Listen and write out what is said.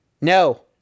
No